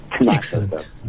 Excellent